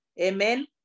Amen